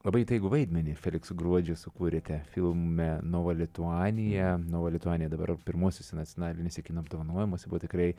labai įtaigų vaidmenį felikso gruodžio sukūrėte filme novolituanija novolituanija dabar pirmuosiuose nacionaliniuose kino apdovanojimuose buvo tikrai